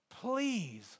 please